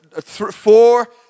four